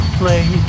play